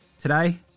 today